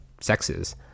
sexes